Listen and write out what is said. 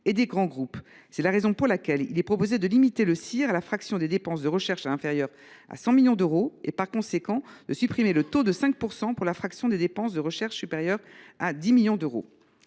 et des grands groupes. C’est la raison pour laquelle il est proposé de limiter le CIR à la fraction des dépenses de recherche inférieure à 100 millions d’euros et, par conséquent, de supprimer le taux de 5 % pour la fraction des dépenses de recherche supérieure à ce montant.